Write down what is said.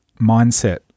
mindset